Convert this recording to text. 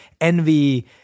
envy